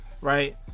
right